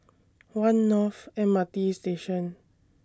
one North M R T Station